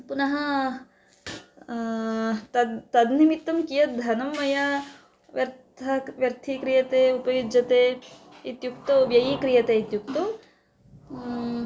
पुनः तत् तन्निमित्तं कियत् धनं मया व्यर्थः व्यर्थीक्रियते उपयुज्यते इत्युक्तौ व्ययीक्रियते इत्युक्तौ